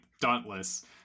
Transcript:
dauntless